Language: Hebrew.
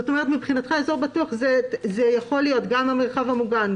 כלומר מבחינתך "אזור בטוח" יכול להיות גם המרחב המוגן,